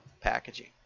packaging